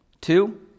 Two